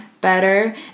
better